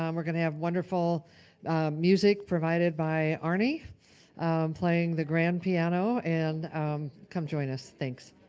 um we're gonna have wonderful music provided by arney playing the grand piano and come join us, thanks.